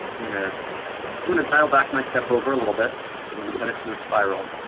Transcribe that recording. i'm gonna i'm gonna dial back my step over a little bit, and i'm gonna set it to a spiral,